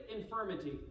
infirmity